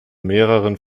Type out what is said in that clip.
mehreren